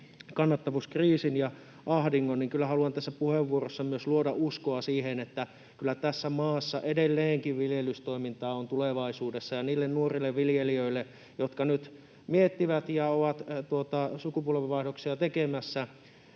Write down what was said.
kannattavuuskriisin ja ahdingon, niin haluan tässä puheenvuorossa myös luoda uskoa siihen, että kyllä tässä maassa edelleenkin viljelystoimintaa on tulevaisuudessa. Ja niille nuorille viljelijöille, jotka nyt miettivät ja ovat sukupolvenvaihdoksia tekemässä,